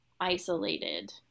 isolated